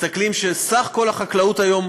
מסתכלים על כך שסך כל החקלאות כיום